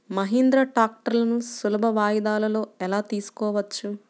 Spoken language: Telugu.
మహీంద్రా ట్రాక్టర్లను సులభ వాయిదాలలో ఎలా తీసుకోవచ్చు?